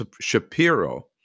Shapiro